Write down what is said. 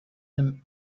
him